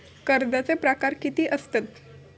कर्जाचे प्रकार कीती असतत?